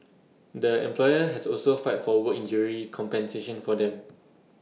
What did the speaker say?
the employer has also filed for work injury compensation for them